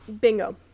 Bingo